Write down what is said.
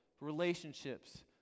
relationships